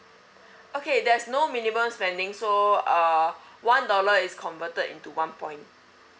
okay there's no minimum spending so uh one dollar is converted into one point